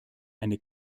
eine